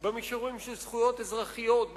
במישורים של זכויות אזרחיות,